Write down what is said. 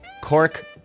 Cork